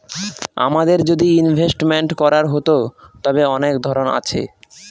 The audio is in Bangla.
আমাদের যদি ইনভেস্টমেন্ট করার হতো, তবে অনেক ধরন আছে